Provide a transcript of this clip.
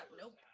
Nope